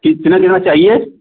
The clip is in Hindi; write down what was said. कितने दिन चाहिए